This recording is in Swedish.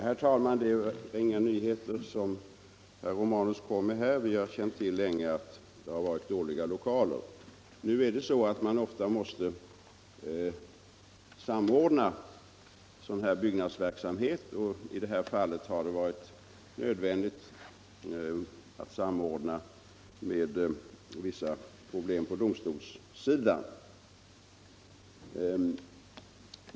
Herr talman! Det var inga nyheter som herr Romanus kom med här - vi har länge känt till att lokalerna varit dåliga. Nu är det ofta emellertid så att man måste samordna sådan byggnadsverksamhet, och i det här fallet har det varit nödvändigt att samordna — Om åtgärder mot den med vissa problem på domstolssidan.